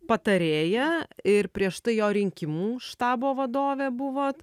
patarėja ir prieš tai jo rinkimų štabo vadovė buvot